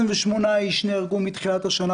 128 אנשים נהרגו בדרכים מתחילת השנה,